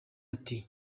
ati